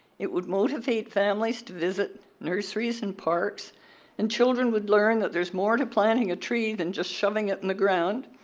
it would motivate families to visit nurseries and parks and children would learn that there's more to planting a tree than just shoving it in the ground.